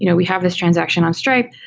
you know we have this transaction on stripe.